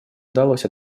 удалось